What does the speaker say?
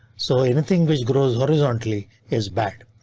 so anything which grows horizontally is bad.